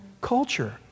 culture